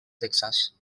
texas